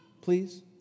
please